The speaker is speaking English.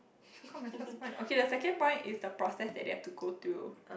I forgot my first point okay the second point is the process they had to go through